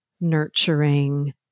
nurturing